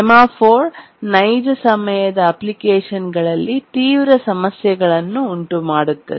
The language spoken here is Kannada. ಸೆಮಾಫೋರ್ ನೈಜ ಸಮಯದ ಅಪ್ಲಿಕೇಶನ್ನಲ್ಲಿ ತೀವ್ರ ಸಮಸ್ಯೆಗಳನ್ನು ಉಂಟುಮಾಡುತ್ತದೆ